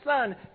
son